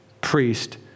priest